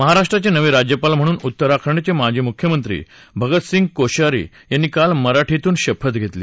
महाराष्ट्राचे नवे राज्यपाल म्हणून उत्तराखंडचे माजी मुख्यमंत्री भगतसिंह कोश्यारी यांनी काल मराठीतून शपथ घेतली